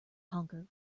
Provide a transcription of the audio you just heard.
honker